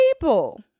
people